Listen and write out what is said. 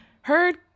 Heard